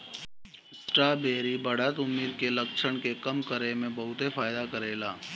strawberry बढ़त उमिर के लक्षण के कम करे में बहुते फायदा करेला